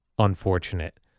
unfortunate